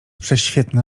prześwietna